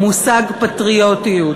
המושג "פטריוטיות".